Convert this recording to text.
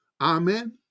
amen